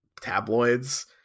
tabloids